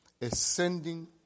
ascending